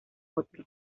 otro